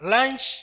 Lunch